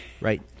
right